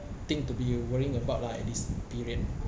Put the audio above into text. thing to be worrying about lah at this period